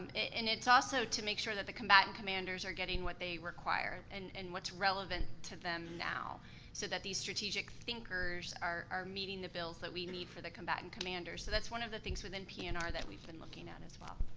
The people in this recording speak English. and it's also to make sure that the combatant commanders are getting what they require and and what's relevant to them now so that these strategic thinkers are meeting the bills that we need for the combatant commanders. so that's one of the things within p and r that we've been looking at as well.